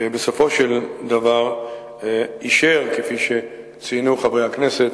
והוא בסופו של דבר אישר, כפי שציינו חברי הכנסת,